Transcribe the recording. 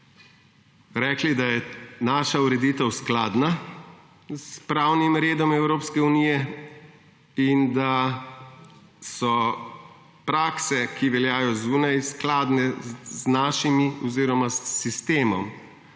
rekli, da je naša ureditev skladna s pravnim redom Evropske unije in da so prakse, ki veljajo zunaj, skladne z našimi oziroma s sistemom,